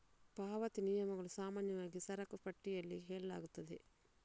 ಪಾವತಿ ನಿಯಮಗಳನ್ನು ಸಾಮಾನ್ಯವಾಗಿ ಸರಕು ಪಟ್ಟಿಯಲ್ಲಿ ಹೇಳಲಾಗುತ್ತದೆ